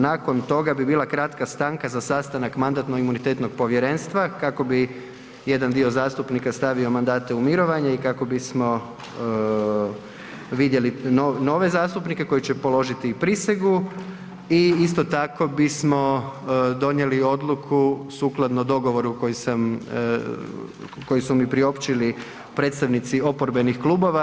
Nakon toga bi bila kratka stanka za sastanak Mandatno-imunitetnog povjerenstva kako bi jedan dio zastupnika stavio mandate u mirovanje i kako bismo vidjeli nove zastupnike koji će položiti i prisegu i isto tako bismo donijeli odluku sukladno dogovoru koji sam, koji su mi priopćili predstavnici oporbenih klubova.